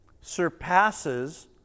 surpasses